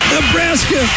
Nebraska